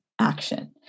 action